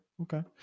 Okay